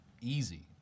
easy